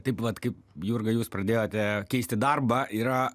taip vat kaip jurga jūs pradėjote keisti darbą yra